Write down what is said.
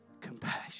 compassion